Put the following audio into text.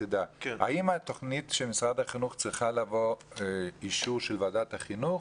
האם התוכנית של משרד החינוך צריכה לעבור אישור של ועדת החינוך